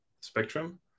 spectrum